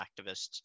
activists